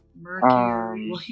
Mercury